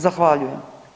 Zahvaljujem.